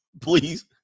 please